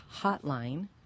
hotline